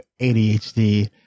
ADHD